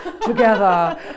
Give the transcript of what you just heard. together